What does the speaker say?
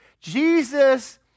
Jesus